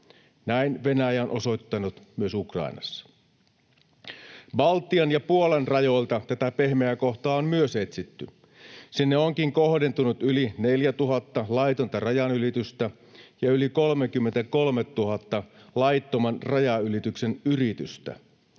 Näin Venäjä on osoittanut myös Ukrainassa. Baltian ja Puolan rajoilta tätä pehmeää kohtaa on myös etsitty. Sinne onkin kohdentunut yli 4 000 laitonta rajanylitystä ja yli 33 000 laittoman rajanylityksen yritystä,